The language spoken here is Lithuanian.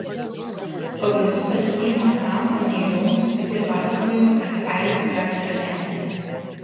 pagarbus pasiūlymas tam kam neįdomūs tikri pasakojimai apie airių charakterio esmę